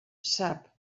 sap